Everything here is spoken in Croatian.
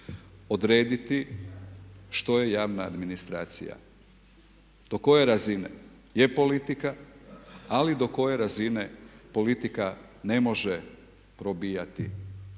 odrediti što je javna administracija, do koje razine je politika ali do koje razine politika ne može probijati,